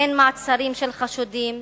אין מעצרים של חשודים,